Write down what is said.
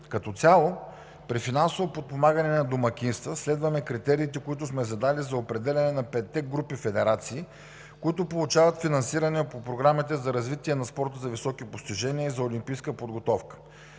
Като цяло при финансово подпомагане на домакинства следваме критериите, които сме задали за определяне на петте групи федерации, които получават финансиране по програмите за развитие на спорта за високи постижения и за олимпийска подготовка.